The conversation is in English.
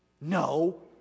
no